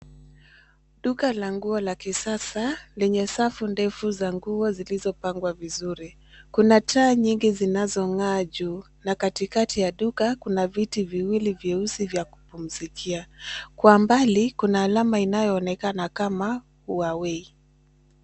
Duka la nguo la kisasa lenye safu ndefu za nguo zilizopangwa vizuri. Kuna taa nyingi zinazong'aa juu na katikati ya duka kuna viti viwili vyeusi vya kupumzikia. Kwa mbali kuna alama inayoonekana kama Huawei.